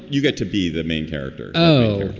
you get to be the main character. oh.